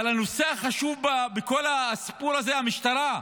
אבל הנושא החשוב בכל הסיפור הזה, המשטרה.